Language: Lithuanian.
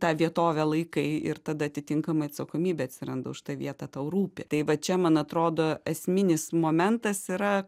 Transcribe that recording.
tą vietovę laikai ir tada atitinkamai atsakomybė atsiranda už tą vietą tau rūpi tai va čia man atrodo esminis momentas yra